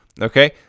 okay